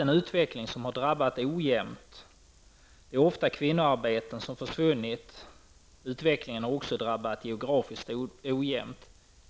Utvecklingen har drabbat ojämnt. Ofta har kvinnoarbeten försvunnit. Utvecklingen har också drabbat geografiskt ojämnt.